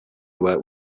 work